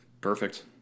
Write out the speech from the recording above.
Perfect